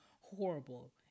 horrible